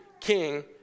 king